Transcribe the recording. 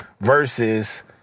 versus